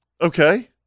Okay